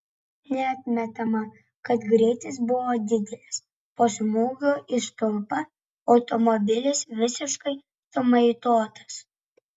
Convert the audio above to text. neatmetama kad greitis buvo didelis po smūgio į stulpą automobilis visiškai sumaitotas